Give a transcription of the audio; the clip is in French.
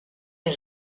est